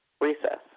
recess